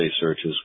searches